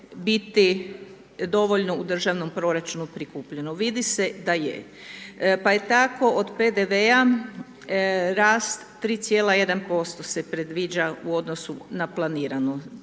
biti dovoljno u državnom proračunu prikupljeno. Vidi se da je. Pa je tako od PDV-a rast 3,1% se predviđa u odnosu na planirano.